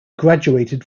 graduated